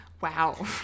Wow